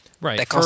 Right